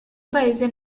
paese